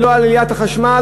ולא על עליית מחירי החשמל,